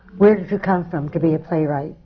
where did you come from to be a playwright?